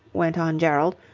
went on gerald,